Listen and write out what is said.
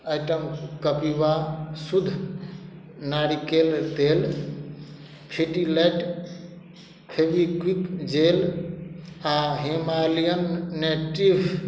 item Kapiva शुद्ध नारिकेल तेल फिडिलाइट फेविक्विक जेल आ हिमालयन नेटिव